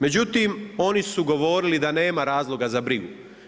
Međutim oni su govorili da nema razloga za brigu.